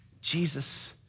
Jesus